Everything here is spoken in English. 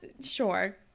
sure